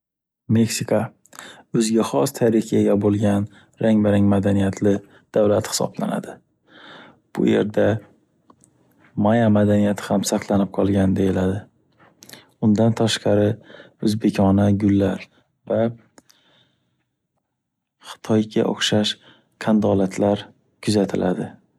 Meksika o’ziga xos tarixga ega bo’lgan, rang-barang madaniyatli davlat hisoblanadi. Bu yerda maya madaniyati ham saqlanib qolgan deyiladi. Undan tashqari o’zbekona gullar va xitoykiga o’xshash qandolatlar kuzatiladi.